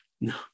No